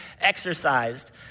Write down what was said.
exercised